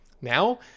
Now